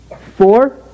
Four